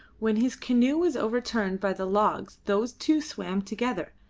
when his canoe was overturned by the logs those two swam together,